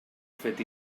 fet